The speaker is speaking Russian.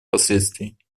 последствий